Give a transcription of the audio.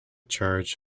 charged